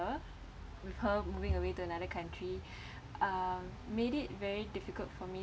her with her moving away to another country um made it very difficult for me